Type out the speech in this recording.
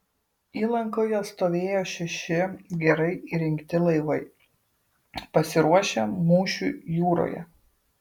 įlankoje stovėjo šeši gerai įrengti laivai pasiruošę mūšiui jūroje